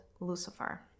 Lucifer